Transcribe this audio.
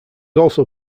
also